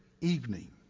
evening